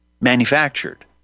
manufactured